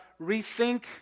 rethink